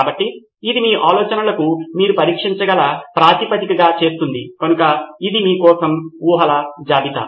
కాబట్టి ఇది మీ ఆలోచనలను మీరు పరీక్షించగల ప్రాతిపదికగా చేస్తుంది కనుక ఇది మీ కోసం ఊహల జాబితా